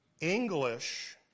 English